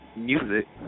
music